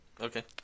Okay